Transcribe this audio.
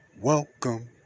welcome